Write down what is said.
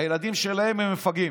הילדים שלהם הם מפגעים.